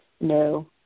No